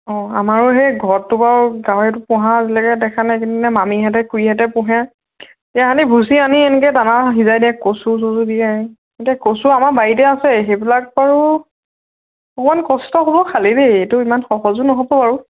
অঁ আমাৰো সেই ঘৰতটো বাৰু গাহৰিটো পোহা আজিলৈকে দেখা নাই কিন্তে মামীহেঁতে খুৰীহেঁতে পোহে ভুচি আনি এনেকে দানা সিজাই দিয়ে কচু চচু দিয়ে এতিয়া কচু আমাৰ বাৰীতে আছে সেইবিলাক বাৰু অকমান কষ্ট হ'ব খালী দেই এইটো ইমান সহজো নহ'ব আৰু